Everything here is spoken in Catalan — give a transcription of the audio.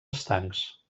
estancs